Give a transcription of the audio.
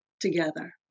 together